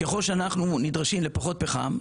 ככל שאנחנו נדרשים לפחות פחם,